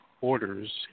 orders